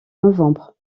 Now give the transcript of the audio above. novembre